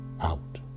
out